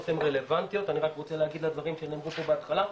הן רלבנטיות אני רק רוצה להגיד לדברים שנאמרו פה בהתחלה,